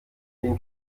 dem